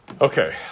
Okay